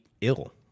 ill